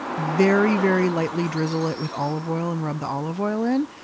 very, very lightly drizzle it with olive oil and rub the olive oil in,